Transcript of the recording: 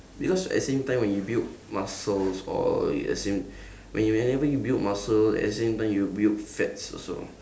because at the same time when you build muscles or at the same when you whenever you build muscle at the same time you build fats also